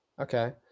Okay